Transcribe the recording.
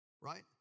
Right